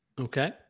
Okay